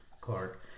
Clark